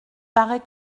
paraît